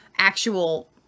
actual